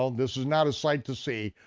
um this is not a sight to see,